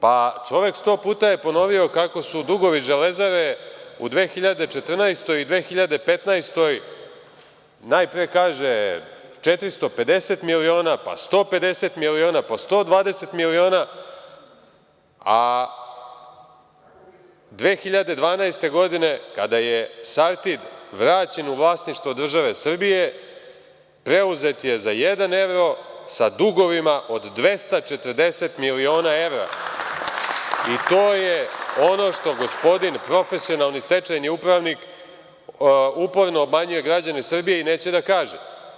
Pa čovek je 100 puta ponovio kako su dugovi „Železare“ u 2014. i 2015. godini, najpre kaže, 450 miliona, pa 150 miliona, pa 120 miliona, a 2012. godine, kada je „Sartid“ vraćen u vlasništvo države Srbije, preuzet je za jedan evro sa dugovima od 240 miliona evra, i to je ono što gospodin profesionalni stečajni upravnik uporno obmanjuje građane Srbije i neće da kaže.